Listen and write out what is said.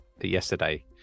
yesterday